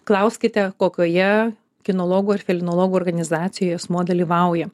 klauskite kokioje kinologų ir felinologų organizacijoj asmuo dalyvauja